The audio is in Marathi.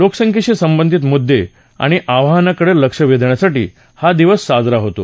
लोकसंख्येशी संबंधित मुद्दे आणि आवाहनांकडे लक्ष वेधण्यासाठी हा दिवस साजरा होतो